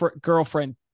girlfriend